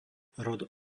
rod